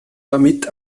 damit